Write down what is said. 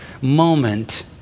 moment